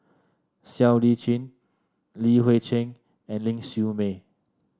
Siow Lee Chin Li Hui Cheng and Ling Siew May